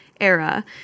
era